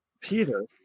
Peter